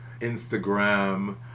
Instagram